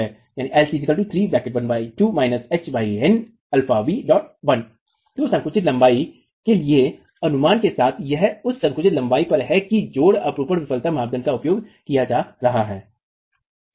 तो संकुचित लंबाई के इस अनुमान के साथ यह उस संकुचित लंबाई पर है कि जोड़ अपरूपण विफलता मानदंड का उपयोग किया जा रहा है